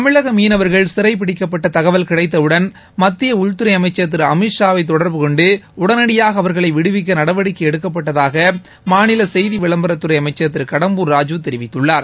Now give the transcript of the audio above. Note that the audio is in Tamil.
தமிழக மீனவர்கள் சிறை பிடிக்கப்பட்ட தகவல் கிடைத்தவுடன் மத்திய உள்துறை அனமச்சர் திரு அமித்ஷாவை தொடர்பு கொண்டு உடனடியாக அவர்களை விடுவிக்க நடவடிக்கை எடுக்கப்பட்டதாக செய்தி விளம்பரத் துறை அமைச்சர் திரு கடம்பூர் ராஜூ தெரிவித்துள்ளார்